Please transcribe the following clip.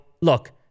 Look